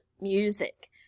music